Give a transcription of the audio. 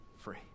free